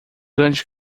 grande